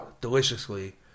deliciously